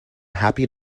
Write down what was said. happy